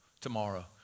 Tomorrow